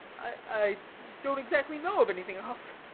i don't exactly know of anything else.